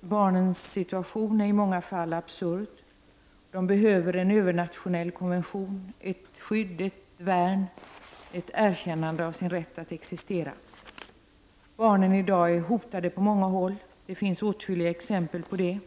Barnens situation är i många fall absurd. De behöver en övernationell konvention, ett skydd, ett värn, ett erkännande av sin rätt att existera. Barnen i dag är hotade på många håll. Det finns åtskilliga exempel på det.